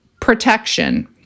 protection